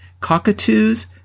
cockatoos